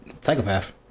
psychopath